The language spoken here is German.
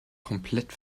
komplett